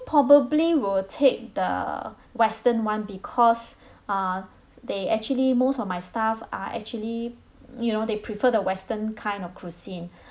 probably we'll take the western one because uh they actually most of my staff are actually you know they prefer the western kind of cuisine